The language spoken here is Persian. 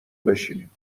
بشینیم